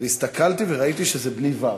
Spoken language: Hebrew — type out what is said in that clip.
והסתכלתי וראיתי שזה בלי וי"ו.